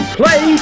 play